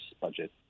budget